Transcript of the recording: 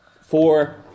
Four